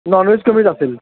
nonveg कमीच असेल